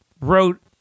wrote